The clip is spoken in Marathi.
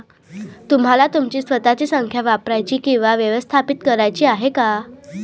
तुम्हाला तुमची स्वतःची संख्या वापरायची किंवा व्यवस्थापित करायची आहे का?